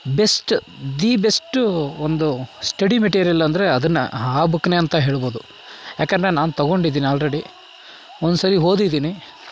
best the best ಒಂದು study material ಅಂದರೆ ಅದನ್ನು ಆ ಬುಕ್ನೆ ಅಂತ ಹೇಳ್ಬೋದು ಯಾಕಂದರೆ ನಾನು ತಗೊಂಡಿದ್ದೀನಿ ಆಲ್ರೆಡಿ ಒಂದು ಸಲ ಓದಿದ್ದೀನಿ